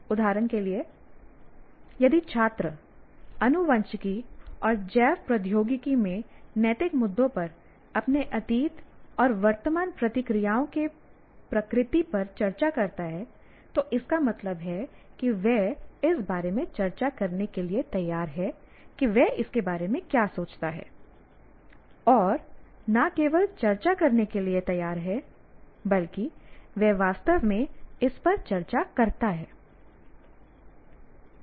उदाहरण के लिए यदि छात्र आनुवंशिकी और जैव प्रौद्योगिकी में नैतिक मुद्दों पर अपने अतीत और वर्तमान प्रतिक्रियाओं की प्रकृति पर चर्चा करता है तो इसका मतलब है कि वह इस बारे में चर्चा करने के लिए तैयार है कि वह इसके बारे में क्या सोचता है और न केवल चर्चा करने के लिए तैयार है बल्कि वह वास्तव में इस पर चर्चा करता है